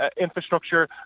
infrastructure